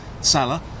Salah